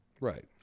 Right